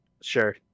Sure